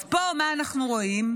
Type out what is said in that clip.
אז פה מה אנחנו רואים?